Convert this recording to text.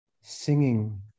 singing